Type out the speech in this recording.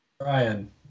Ryan